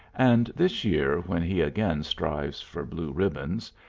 and this year, when he again strives for blue ribbons,